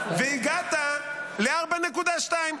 והגעת ל-4.2,